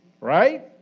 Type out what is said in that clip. Right